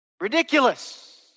Ridiculous